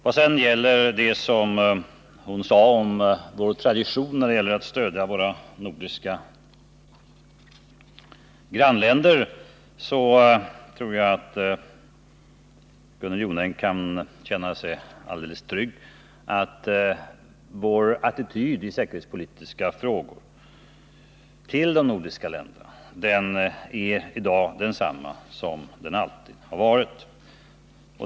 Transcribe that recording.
Beträffande Gunnel Jonängs uttalande om vår tradition att stödja de nordiska grannländerna tror jag att hon kan känna sig helt trygg. Vår attityd i säkerhetspolitiska frågor när det gäller de nordiska länderna är i dag densamma som den alltid har varit.